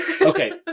okay